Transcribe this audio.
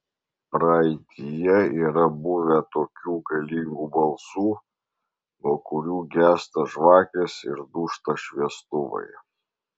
praeityje yra buvę tokių galingų balsų nuo kurių gęsta žvakės ir dūžta šviestuvai